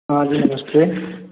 हाँ जी नमस्ते